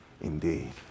indeed